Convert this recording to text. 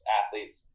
athletes